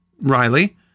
Riley